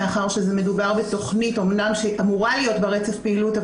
מאחר ומדובר בתכנית אמנם שאמורה להיות בה רצף פעילות,